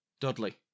Dudley